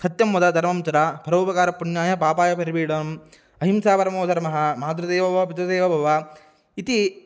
सत्यं वद धर्मं चर परोपकारपुण्याय पापाय परिपीडनम् अहिंसा परमोधर्मः मातृदेवो भव पितृदेवो भव इति